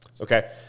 Okay